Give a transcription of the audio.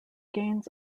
gains